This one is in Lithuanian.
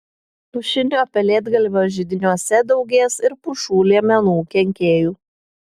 pušinio pelėdgalvio židiniuose daugės ir pušų liemenų kenkėjų